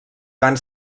van